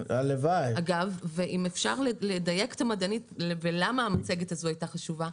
אם אפשר לדייק את המדענית ולמה המצגת הזו חשובה,